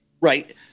Right